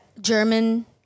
German